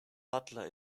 butler